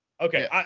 Okay